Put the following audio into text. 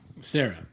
Sarah